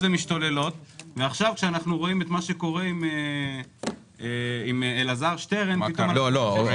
עכשיו כשאנחנו רואים את מה שקורה עם אלעזר שטרן אנחנו לא שומעים מילה.